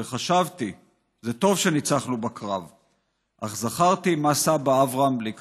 וחשבתי: זה טוב שניצחנו בקרב / אך זכרתי מה סבא אברם לי כתב: